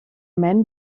men